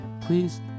please